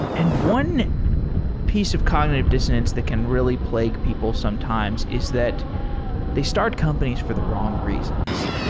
and one piece of cognitive dissonance that can really plague people sometimes is that they start companies for the wrong reasons.